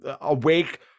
awake